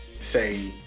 say